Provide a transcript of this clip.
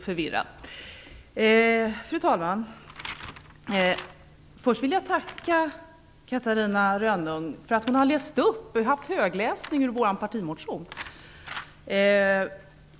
Fru talman! Först vill jag tacka Catarina Rönnung för att hon har läst högt ur vår partimotion.